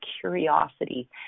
curiosity